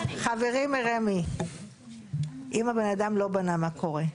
חברים מרמ"י, אם הבן אדם לא בנה, מה קורה?